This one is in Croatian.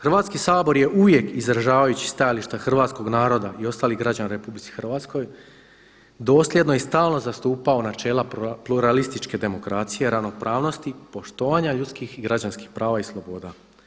Hrvatski sabor je uvijek izražavajući stajališta hrvatskog naroda i ostalih građana u RH dosljedno i stalno zastupao načela pluralističke demokracije, ravnopravnosti, poštovanja ljudskih i građanskih prava i sloboda.